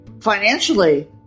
financially